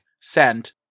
Send